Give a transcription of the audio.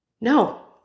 No